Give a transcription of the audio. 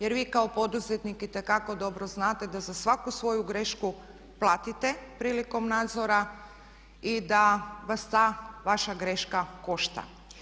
Jer vi kao poduzetnik itekako dobro znate da za svaku svoju grešku platite prilikom nadzora i da vas ta vaša greška košta.